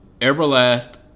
Everlast